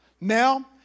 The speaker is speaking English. Now